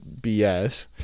BS